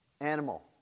Animal